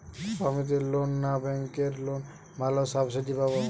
সমিতির লোন না ব্যাঙ্কের লোনে ভালো সাবসিডি পাব?